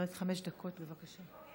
חמש דקות, בבקשה.